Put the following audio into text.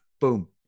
boom